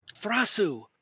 thrasu